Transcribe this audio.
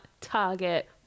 Target